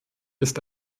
ist